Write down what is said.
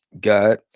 God